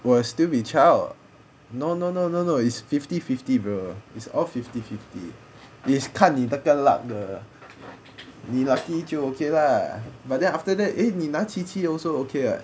will still be child no no no no no is fifty fifty bro is all fifty fifty is 看你那个 luck 的你 lucky 就 okay lah but then after that eh 你拿 qiqi also okay [what]